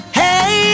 hey